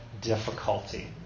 difficulty